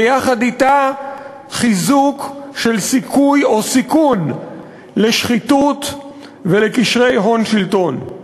ויחד אתה חיזוק של סיכוי או סיכון לשחיתות ולקשרי הון-שלטון.